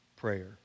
prayer